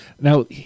Now